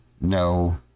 no